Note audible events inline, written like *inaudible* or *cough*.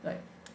like *noise*